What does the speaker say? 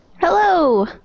hello